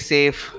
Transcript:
Safe